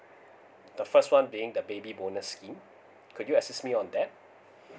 the first one being the baby bonus scheme could you assist me on that